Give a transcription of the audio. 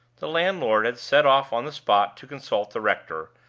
the landlord had set off on the spot to consult the rector,